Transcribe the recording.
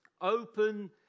Open